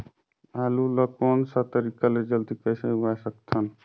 आलू ला कोन सा तरीका ले जल्दी कइसे उगाय सकथन?